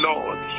Lord